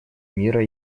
мира